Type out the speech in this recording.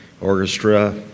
orchestra